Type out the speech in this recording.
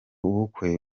bukwe